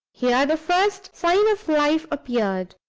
here the first sign of life appeared,